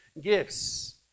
gifts